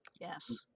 Yes